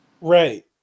right